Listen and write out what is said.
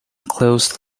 close